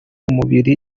umubiri